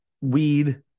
weed